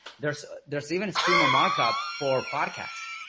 there's there's even schema markup for podcasts.